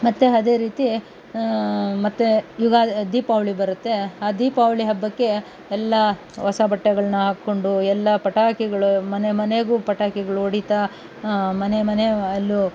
ಮತ್ತೆ ಅದೇ ರೀತಿ ಮತ್ತೆ ಯುಗಾ ದೀಪಾವಳಿ ಬರುತ್ತೆ ಆ ದೀಪಾವಳಿ ಹಬ್ಬಕ್ಕೆ ಎಲ್ಲ ಹೊಸ ಬಟ್ಟೆಗಳನ್ನ ಹಾಕ್ಕೊಂಡು ಎಲ್ಲ ಪಟಾಕಿಗಳು ಮನೆ ಮನೆಗೂ ಪಟಾಕಿಗಳೊಡಿತಾ ಮನೆ ಮನೆ ಅಲ್ಲು